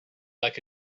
like